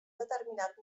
determinat